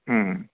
હ